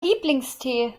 lieblingstee